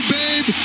babe